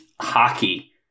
hockey